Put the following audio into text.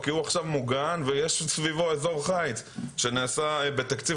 כי עכשיו הוא מוגן ויש סביבו אזור חיץ שנעשה בתקציב